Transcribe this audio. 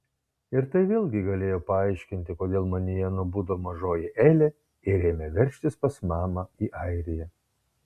ir tai vėlgi galėjo paaiškinti kodėl manyje nubudo mažoji elė ir ėmė veržtis pas mamą į airiją